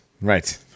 Right